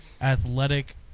athletic